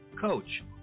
coach